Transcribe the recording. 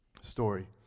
story